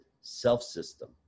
self-system